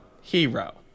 Hero